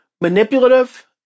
manipulative